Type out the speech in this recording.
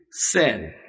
sin